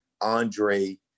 Andre